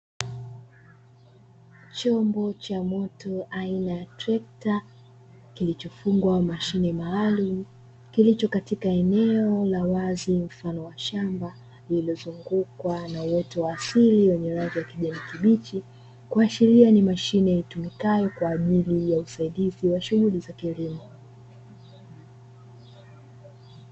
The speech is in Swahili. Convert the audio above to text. Chombo cha moto aina ya trekta kilichofungwa mashine maalumu kilicho katika eneo la wazi mfano wa shamba lililozungukwa na uoto wa asili wenye rangi ya kijani kibichi, kuashiria ni mashine itumikayo kwa ajili ya usaidizi wa shughuli za kilimo.